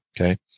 Okay